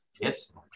yes